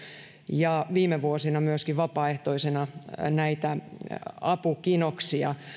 ja viime vuosina myöskin vapaaehtoisena näitä apukinoksia